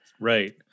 right